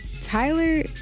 Tyler